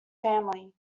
family